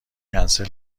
کنسل